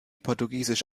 portugiesisch